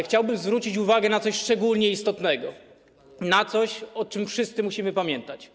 Chciałbym natomiast zwrócić uwagę na coś szczególnie istotnego, coś, o czym wszyscy musimy pamiętać.